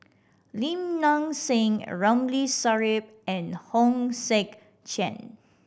Lim Nang Seng Ramli Sarip and Hong Sek Chern